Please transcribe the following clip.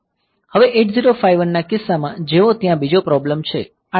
હવે 8051ના કિસ્સા જેવો ત્યાં બીજો પ્રોબ્લેમ છે આ TTL ચિપ છે